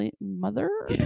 mother